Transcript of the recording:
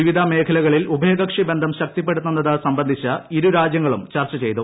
വിവിധ മേഖലകളിൽ ഉഭയകക്ഷി ബന്ധം ശക്തിപ്പെടുത്തുന്നത് സംബന്ധിച്ച് ഇരു രാജ്യങ്ങളും ചർച്ച ചെയ്തു